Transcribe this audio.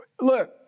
look